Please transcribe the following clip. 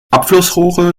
abflussrohre